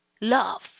love